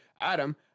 Adam